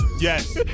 yes